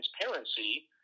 transparency